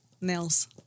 nails